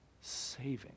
saving